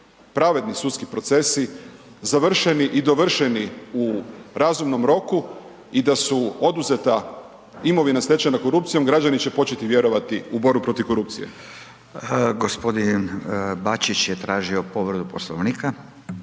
pravedni sudski procesi, završeni i dovršeni u razumnom roku i da su oduzeta imovina stečena korupcijom, građani će početi vjerovati u borbu protiv korupcije. **Radin, Furio (Nezavisni)** g. Bačić je tražio povredu Poslovnika.